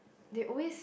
they always